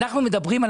מדברים על